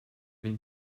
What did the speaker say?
been